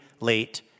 late